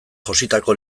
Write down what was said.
jositako